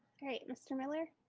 okay, mr. miller.